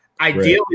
ideally